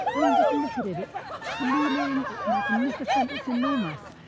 i mean, just look at it. it's gleaming. it's magnificent. it's enormous.